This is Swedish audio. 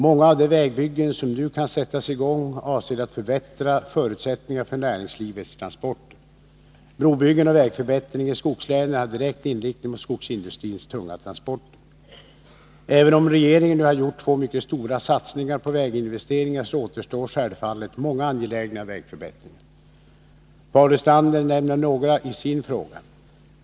Många av de vägbyggen som nu kan sättas i gång avser att förbättra förutsättningarna för näringslivets transporter. Brobyggen och vägförbättringar i skogslänen har direkt inriktning mot skogsindustrins tunga transporter. Även om regeringen nu har gjort två mycket stora satsningar på väginvesteringar, återstår självfallet många angelägna vägförbättringar. Paul Lestander nämner några i sin fråga.